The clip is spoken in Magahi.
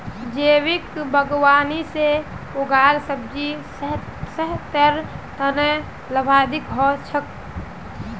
जैविक बागवानी से उगाल सब्जी सेहतेर तने लाभदायक हो छेक